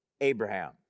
Abraham